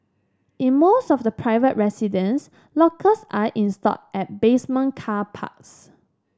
in most of the private residence lockers are installed at basement car parks